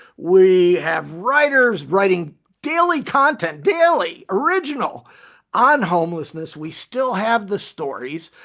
we have writers writing daily content, daily, original on homelessness, we still have the stories.